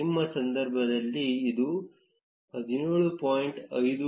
ನಮ್ಮ ಸಂದರ್ಭದಲ್ಲಿ ಇದು 17